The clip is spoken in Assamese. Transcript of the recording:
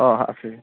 অঁ আছে